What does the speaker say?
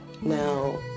Now